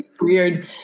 weird